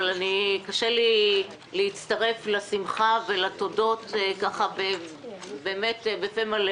אבל קשה לי להצטרף לשמחה ולתודות בפה מלא.